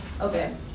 Okay